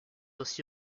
aussi